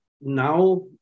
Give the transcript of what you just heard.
now